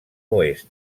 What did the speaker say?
oest